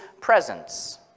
presence